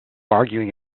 arguing